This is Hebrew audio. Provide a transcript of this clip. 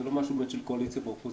זה לא משהו באמת של קואליציה ואופוזיציה,